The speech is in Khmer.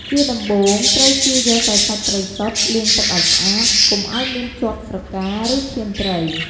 ជាដំបូង ត្រូវចៀរយកតែសាច់ត្រីសុទ្ធ លាងទឹកឱ្យស្អាត កុំឱ្យមានជាប់ស្រកា ឬឈាមត្រី។